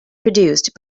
produced